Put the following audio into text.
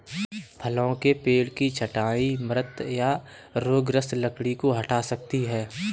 फलों के पेड़ की छंटाई मृत या रोगग्रस्त लकड़ी को हटा सकती है